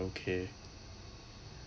okay